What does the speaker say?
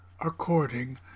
according